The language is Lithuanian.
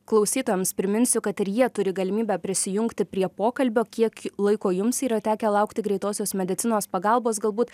klausytojams priminsiu kad ir jie turi galimybę prisijungti prie pokalbio kiek laiko jums yra tekę laukti greitosios medicinos pagalbos galbūt